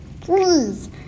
Please